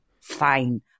Fine